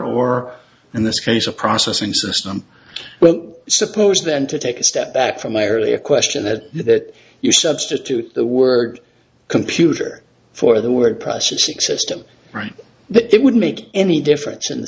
or in this case of processing system but suppose then to take a step back from my earlier question that you substitute the word computer for the word processing system right but that would make any difference in the